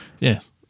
Yes